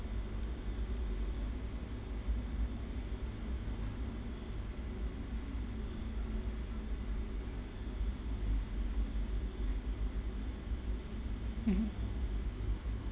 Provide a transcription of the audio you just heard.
mmhmm